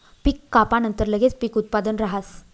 पीक कापानंतर लगेच पीक उत्पादन राहस